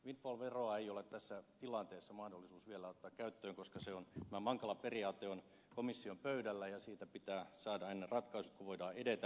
windfall veroa ei ole tässä tilanteessa mahdollisuus vielä ottaa käyttöön koska tämä mankala periaate on komission pöydällä ja siitä pitää saada ratkaisut ennen kuin voidaan edetä